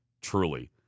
truly